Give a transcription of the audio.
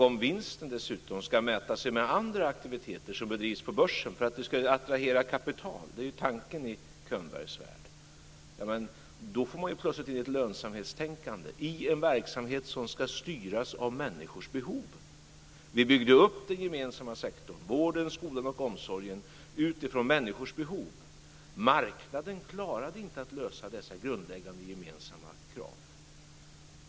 Om vinsten dessutom ska mäta sig med andra aktiviteter som bedrivs på börsen för att det ska attrahera kapital, det är ju tanken i Könbergs värld, då får man plötsligt in ett lönsamhetstänkande i en verksamhet som ska styras av människors behov. Vi byggde upp den gemensamma sektor, vården, skolan och omsorgen, utifrån människors behov. Marknaden klarade inte att lösa dessa grundläggande gemensamma krav.